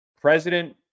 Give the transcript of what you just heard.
President